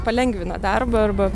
palengvina darbą arba